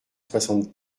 soixante